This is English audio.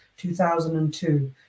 2002